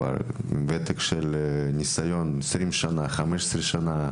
עם ותק של 15-20 שנות ניסיון.